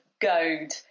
goad